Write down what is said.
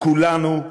כולנו,